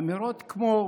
אמירות כמו